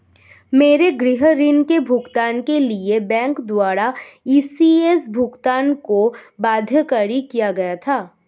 मेरे गृह ऋण के भुगतान के लिए बैंक द्वारा इ.सी.एस भुगतान को बाध्यकारी किया गया था